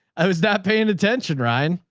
i was not paying attention, ryan.